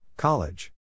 College